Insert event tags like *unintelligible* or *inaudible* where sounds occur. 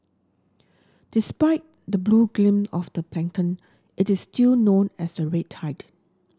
despite the blue gleam of the *unintelligible* it is still known as a red tide